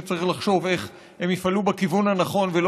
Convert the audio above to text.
שצריך לחשוב איך הם יפעלו בכיוון הנכון ולא